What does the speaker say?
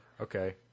Okay